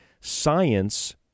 Science